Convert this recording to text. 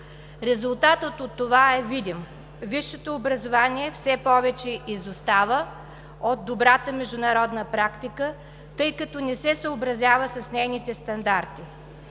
Резултатът от това е видим. Висшето образование все повече изостава от добрата международна практика, тъй като не се съобразява с нейните стандарти.